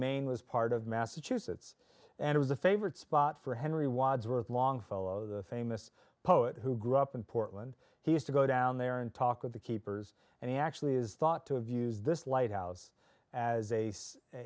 maine was part of massachusetts and was a favorite spot for henry wadsworth longfellow the famous poet who grew up in portland he has to go down there and talk with the keepers and he actually is thought to have used this lighthouse as a